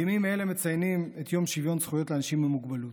בימים אלה מציינים את יום שוויון זכויות לאנשים עם מוגבלות.